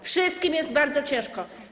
Wszystkim jest bardzo ciężko.